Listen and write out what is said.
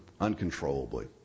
uncontrollably